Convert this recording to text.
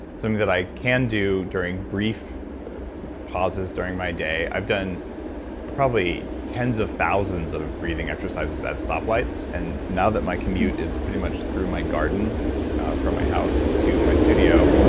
something that i can do during brief pauses during my day. i've done probably tens of thousands of breathing exercises at stop lights. and now that my commute is pretty much through my garden from my house to my studio,